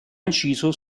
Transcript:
inciso